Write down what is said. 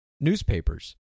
newspapers